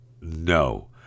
no